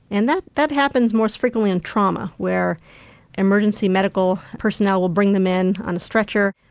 and that that happens most frequently in trauma where emergency medical personnel will bring them in on a stretcher,